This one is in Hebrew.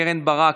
קרן ברק,